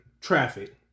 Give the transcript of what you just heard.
traffic